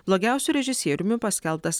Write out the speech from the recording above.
blogiausiu režisieriumi paskelbtas